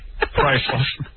priceless